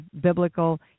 biblical